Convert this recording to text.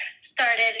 started